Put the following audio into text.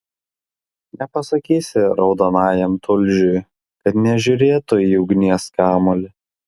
nepasakysi raudonajam tulžiui kad nežiūrėtų į ugnies kamuolį